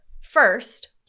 first